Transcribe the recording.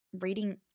reading